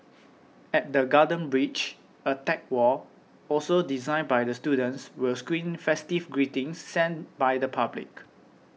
at the Garden Bridge a tech wall also designed by the students will screen festive greetings sent by the public